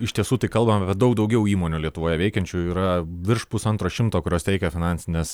iš tiesų tai kalbam daug daugiau įmonių lietuvoje veikiančių yra virš pusantro šimto kurios teikia finansines